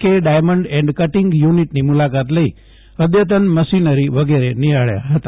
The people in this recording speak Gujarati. કે ડાયમન્ડ એન્ડ કટીંગ યુનિટની મૂલાકાત લઇ અઘતન મશીનરી વગેરે નિહાળ્યા હતા